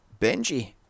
Benji